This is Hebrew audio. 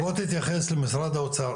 בוא תתייחס למשרד האוצר,